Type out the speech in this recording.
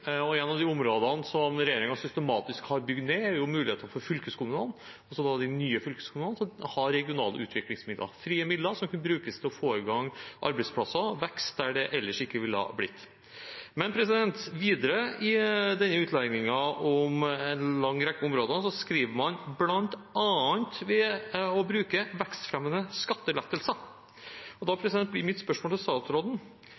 i. Et av de områdene som regjeringen systematisk har bygd ned, er muligheten for fylkeskommunene, altså de nye fylkeskommunene, til å ha regionale utviklingsmidler – frie midler som kunne brukes til å få i gang arbeidsplasser og vekst der det ellers ikke ville blitt det. Men videre i denne utlegningen om en lang rekke områder skriver man: bl.a. ved å bruke «vekstfremmende skattelettelser». Da blir mitt spørsmål til statsråden: Hvilke vekstfremmende skattelettelser